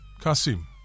Kasim